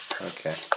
okay